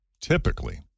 typically